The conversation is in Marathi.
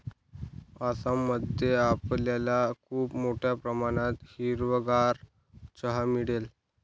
आसाम मध्ये आपल्याला खूप मोठ्या प्रमाणात हिरवागार चहा मिळेल